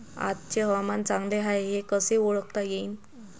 आजचे हवामान चांगले हाये हे कसे ओळखता येईन?